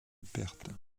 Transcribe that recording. pertes